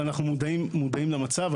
אנחנו מודעים למצב.